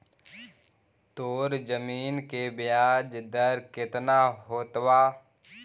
तोर जमीन के ब्याज दर केतना होतवऽ?